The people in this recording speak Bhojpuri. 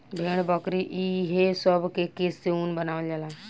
भेड़, बकरी ई हे सब के केश से ऊन बनावल जाला